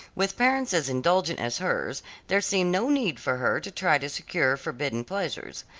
with parents as indulgent as hers there seemed no need for her to try to secure forbidden pleasures.